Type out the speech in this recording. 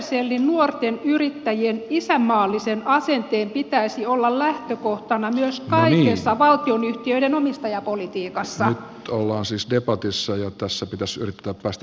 eikö supercellin nuorten yrittäjien isänmaallisen asenteen pitäisi olla lähtökohtana myös kaikessa valtionyhtiöiden omistajapolitiikassa ollaan siis jopa kysyä tässä pysyy kaupasta